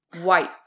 white